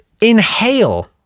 inhale